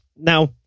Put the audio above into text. Now